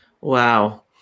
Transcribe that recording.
Wow